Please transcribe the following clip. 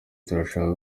turashaka